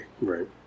Right